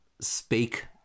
speak